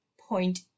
point